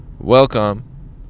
Welcome